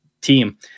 team